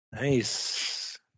Nice